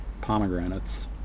Pomegranates